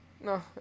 no